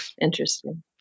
Interesting